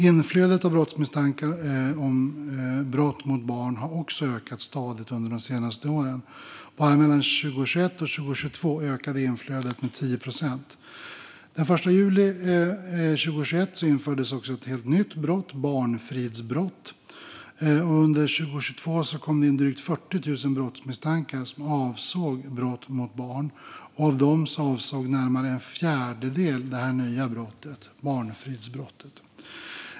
Inflödet av brottsmisstankar om brott mot barn har också ökat stadigt under de senaste åren. Bara mellan 2021 och 2022 ökade inflödet med 10 procent. Den 1 juli 2021 infördes också ett helt nytt brott, barnfridsbrott. Under 2022 kom det in drygt 40 000 brottsmisstankar som avsåg brott mot barn. Av dessa avsåg närmare en fjärdedel det nya brottet barnfridsbrott.